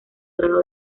grado